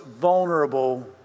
vulnerable